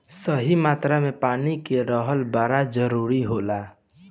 सही मात्रा में पानी के रहल बड़ा जरूरी होला